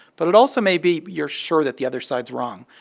but it also may be you're sure that the other side's wrong.